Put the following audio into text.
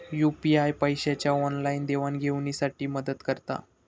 UPI पैशाच्या online देवाणघेवाणी साठी मदत करता